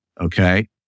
Okay